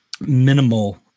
minimal